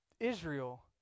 Israel